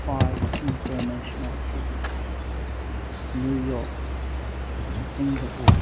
five international cities New York Singapore